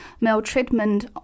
maltreatment